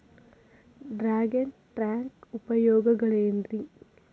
Dragon tank ಉಪಯೋಗಗಳೆನ್ರಿ?